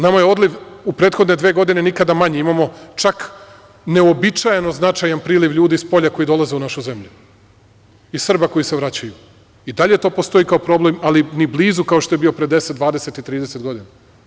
Nama je odliv u prethodne godine nikada manji, imamo čak neuobičajeno značajan priliv ljudi spolja koji dolaze u našu zemlju i Srba koji se vraćaju i dalje to postoji kao problem, ali ni blizu kao što je bio pre 10, 20 i 30 godina.